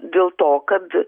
dėl to kad